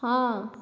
ହଁ